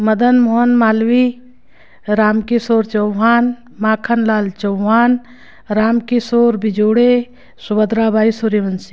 Madan Mohan Malviya Ram Kishore Chauhan Makhan Lal Chauhan Ram Kishore Bijode Subhadra Bai Suryavanshi